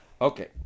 Okay